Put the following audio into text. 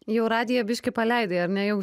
jau radiją biškį paleidai ar ne jau